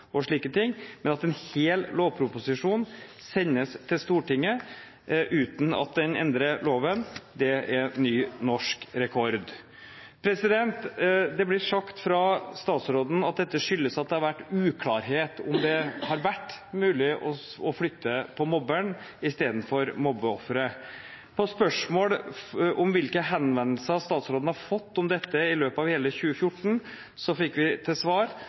og slike ting, men at en hel lovproposisjon sendes til Stortinget uten at den endrer loven, er ny norsk rekord. Det blir sagt fra statsråden at dette skyldes at det har vært uklarhet om det har vært mulig å flytte på mobberen istedenfor mobbeofferet. På spørsmål om hvilke henvendelser statsråden har fått om dette i løpet av hele 2014, fikk vi til svar